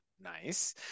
nice